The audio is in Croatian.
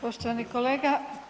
Poštovani kolega.